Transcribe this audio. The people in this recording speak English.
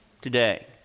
today